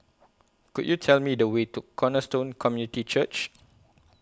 Could YOU Tell Me The Way to Cornerstone Community Church